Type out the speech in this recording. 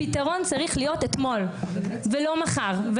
הפתרון צריך להיות אתמול ולא מחר.